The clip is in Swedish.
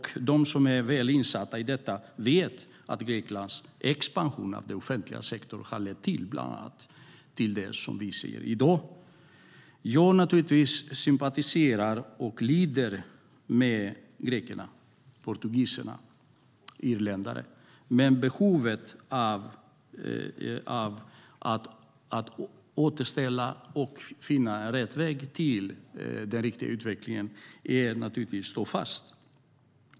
De som är väl insatta i detta vet att expansionen av den offentliga sektorn i Grekland lett till det som vi ser i dag. Jag sympatiserar och lider med grekerna, portugiserna och irländarna, men behovet att återställa och finna rätt väg till den riktiga utvecklingen står fast.